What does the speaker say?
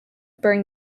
bring